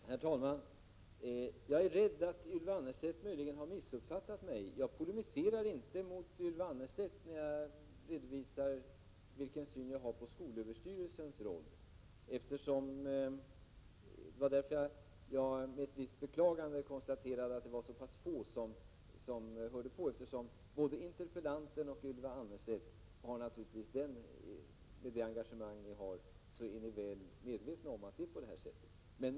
Herr talman! Jag är rädd att Ylva Annerstedt möjligen har missuppfattat mig. Jag polemiserar inte mot Ylva Annerstedt när jag redovisar min syn på skolöverstyrelsens roll. Det var därför jag med ett visst beklagande konstaterade att det var så pass få som hörde på. Både interpellanten och Ylva Annerstedt är naturligtvis, med det engagemang de har, väl medvetna om hur det förhåller sig.